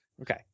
okay